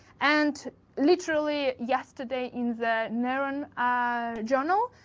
and literally yesterday in the neuron ah journal,